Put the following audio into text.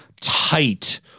tight